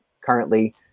currently